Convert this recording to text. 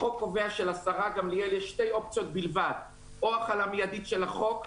החוק קובע שלשרה גמליאל יש שתי אופציות בלבד: או החלה מיידית של החוק,